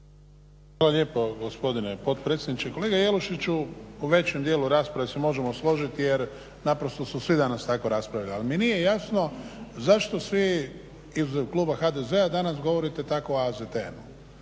Hvala lijepo gospodine potpredsjedniče. Kolega Jelušiću u većem dijelu rasprave se možemo složiti, jer naprosto su svi danas tako raspravljali. Ali mi nije jasno zašto svi izuzev kluba HDZ-a danas govorite tako o AZTN-u.